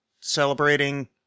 celebrating